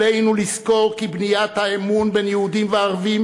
עלינו לזכור כי בניית האמון בין יהודים וערבים